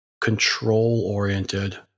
control-oriented